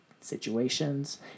situations